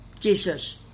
Jesus